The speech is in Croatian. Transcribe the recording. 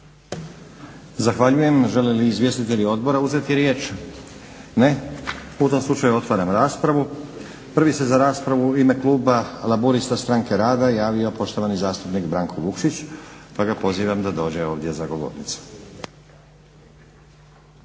Zahvaljujem. Žele li izvjestitelji odbora uzeti riječ? Ne. U tom slučaju otvaram raspravu. Prvi se za raspravu u ime kluba Laburista-Stranke rada javio poštovani zastupnik Branko Vukšić pa ga pozivam da dođe ovdje za govornicu.